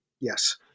Yes